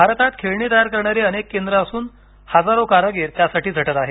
भारतात खेळणी तयार करणारी अनेक केंद्र असून हजारो कारागीर त्यासाठी झटत आहेत